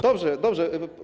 Dobrze, dobrze.